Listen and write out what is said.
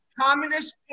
Communist